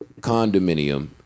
condominium